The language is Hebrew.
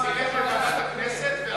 לוועדת הכנסת.